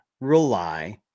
rely